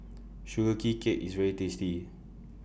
Sugee Cake IS very tasty